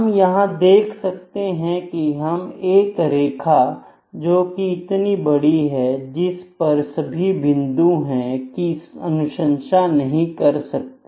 हम यहां देख सकते हैं कि हम एक रेखा जो कि इतनी बड़ी है जिस पर सभी बिंदु है की अनुशंसा नहीं करते हैं